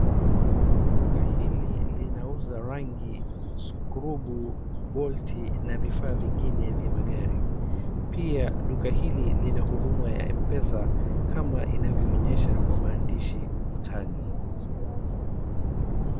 Duka hili linauza rangi, skurubu, bolti na vifaa vingine vya magari. Pia duka hili lina huduma ya Mpesa kama inavyoonyesha kwa maandishi ukutani.